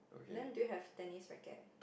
then do you have tennis racket